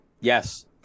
Yes